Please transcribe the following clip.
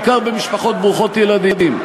בעיקר במשפחות ברוכות ילדים,